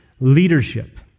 leadership